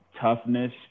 toughness